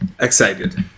excited